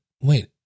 Wait